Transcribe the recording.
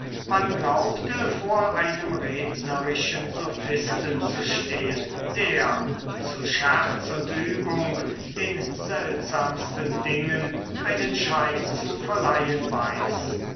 man glaubte vor einem rednerischen sophisten zu stehen der zu scherz und übung den seltsamsten dingen einen schein zu verleihen weiß